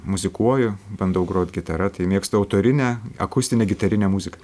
muzikuoju bandau grot gitara tai mėgstu autorinę akustinę gitarinę muziką